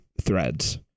threads